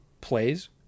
plays